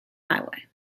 highway